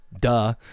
Duh